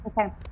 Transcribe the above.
Okay